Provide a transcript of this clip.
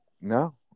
no